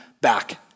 back